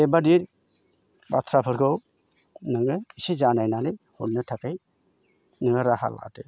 बेबादि बाथ्राफोरखौ नोङो एसे जानायनानै हरनो थाखाय नोङो राहा लादो